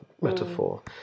metaphor